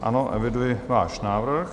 Ano, eviduji váš návrh.